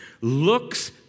looks